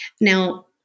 Now